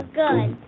good